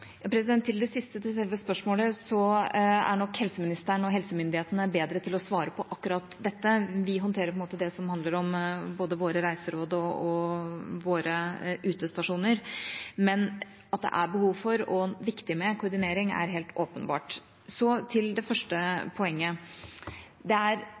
Til det siste spørsmålet: Der er nok helseministeren og helsemyndighetene bedre til å svare på akkurat det. Vi håndterer det som handler om våre reiseråd og våre utestasjoner, men at det er behov for og viktig med koordinering, er helt åpenbart. Så til det første poenget: Det er